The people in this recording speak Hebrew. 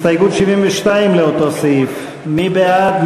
הסתייגות 72 לאותו סעיף, מי בעד?